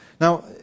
Now